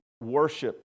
worship